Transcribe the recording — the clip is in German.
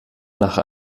nach